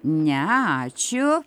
ne ačiū